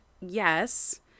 yes